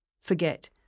Forget